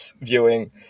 viewing